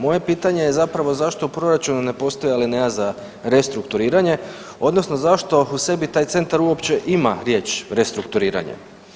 Moje pitanje je zapravo zašto u proračunu ne postoji alineja za restrukturiranje, odnosno zašto u sebi taj Centar uopće ima riječ restrukturiranje.